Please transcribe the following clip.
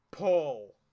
Paul